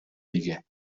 دیگه